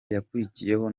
yakurikiyeho